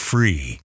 Free